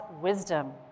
wisdom